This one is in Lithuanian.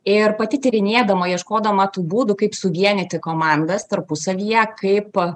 ir pati tyrinėdama ieškodama tų būdų kaip suvienyti komandas tarpusavyje kaip